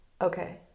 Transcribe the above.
okay